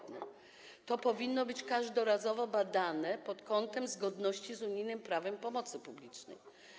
To powinno być każdorazowo badane pod kątem zgodności z unijnym prawem pomocy publicznej.